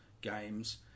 games